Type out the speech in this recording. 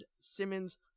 simmons